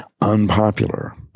unpopular